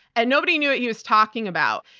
and nobody knew what he was talking about.